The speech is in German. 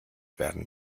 werden